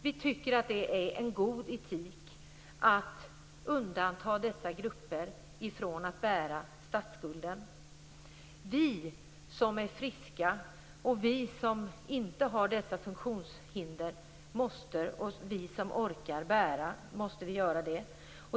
Vi tycker att det är en god etik att undanta dessa grupper från att bära statsskulden. Vi som är friska och inte har dessa funktionshinder och som orkar bära måste också göra det.